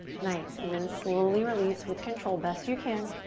nice, and then slowly release with control best you can,